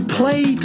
play